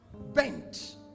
bent